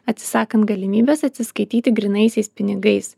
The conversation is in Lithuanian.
atsisakant galimybės atsiskaityti grynaisiais pinigais